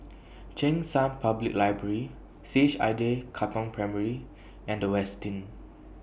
Cheng San Public Library C H I J Katong Primary and Westin